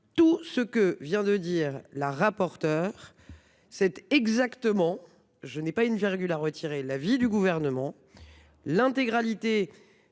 Tout ce que vient de dire la rapporteure cette exactement. Je n'ai pas une virgule à retirer l'avis du gouvernement. L'intégralité